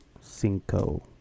cinco